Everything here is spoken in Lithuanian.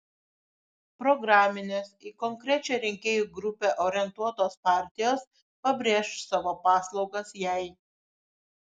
programinės į konkrečią rinkėjų grupę orientuotos partijos pabrėš savo paslaugas jai